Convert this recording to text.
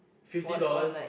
fifty dollars